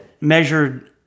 measured